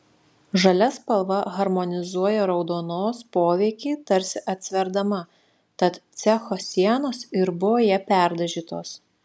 žalia spalva harmonizuoja raudonos poveikį tarsi atsverdama tad cecho sienos ir buvo ja perdažytos